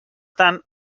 tant